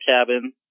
cabin